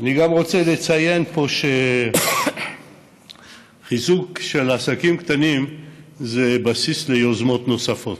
אני גם רוצה לציין פה שחיזוק של עסקים קטנים זה בסיס ליוזמות נוספות.